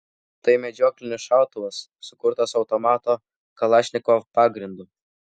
tai medžioklinis šautuvas sukurtas automato kalašnikov pagrindu